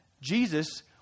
Jesus